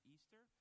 Easter